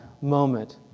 moment